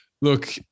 Look